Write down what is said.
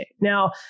Now